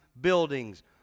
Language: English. buildings